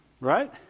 Right